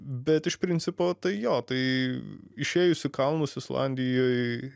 bet iš principo tai jo tai išėjus į kalnus islandijoj